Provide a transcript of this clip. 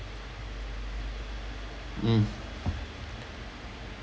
mm